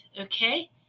okay